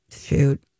Shoot